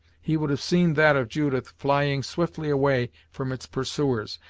he would have seen that of judith flying swiftly away from its pursuers,